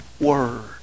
word